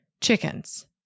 chickens